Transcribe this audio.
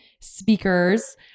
speakers